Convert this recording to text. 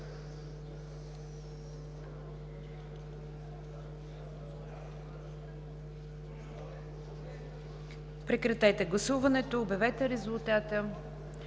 Прекратете гласуването и обявете резултата.